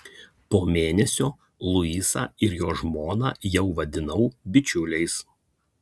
po mėnesio luisą ir jo žmoną jau vadinau bičiuliais